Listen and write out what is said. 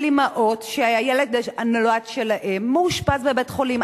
אמהות שהילד שנולד להן מאושפז בבית-חולים.